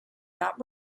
not